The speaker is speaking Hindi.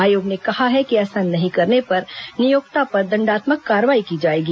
आयोग ने कहा है कि ऐसा नहीं करने पर नियोक्ता पर दंडात्मक कार्रवाई की जाएगी